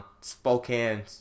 Spokane